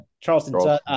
Charleston